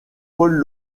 paul